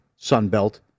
Sunbelt